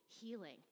healing